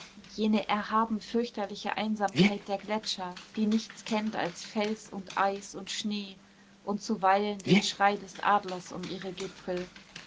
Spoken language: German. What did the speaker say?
jene erhaben fürchterliche einsamkeit der gletscher die nichts kennt als fels und eis und schnee und zuweilen den schrei des adlers um ihre gipfel